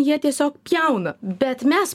jie tiesiog pjauna bet mes